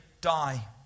die